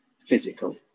physical